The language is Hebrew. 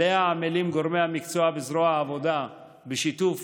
שעליה עמלים גורמי המקצוע בזרוע העבודה בשיתוף